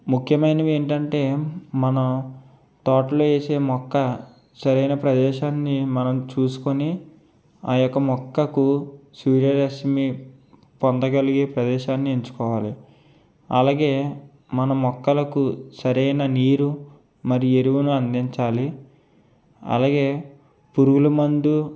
ముఖ్యమైనవి ఏంటంటే మనం తోటలో వేసే మొక్క సరైన ప్రదేశాన్ని మనం చూసుకొని ఆ యొక మొక్కకు సూర్యరశ్మి పొందగలిగే ప్రదేశాన్ని ఎంచుకోవాలి అలాగే మన మొక్కలకు సరైన నీరు మరి ఎరువును అందించాలి అలాగే పురుగుల మందు